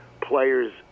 players